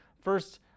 First